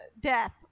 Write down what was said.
death